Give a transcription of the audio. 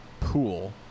pool